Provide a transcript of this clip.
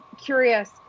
curious